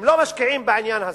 הם לא משקיעים בעניין הזה,